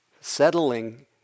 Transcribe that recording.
settling